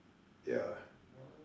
ya